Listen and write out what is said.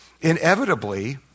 Inevitably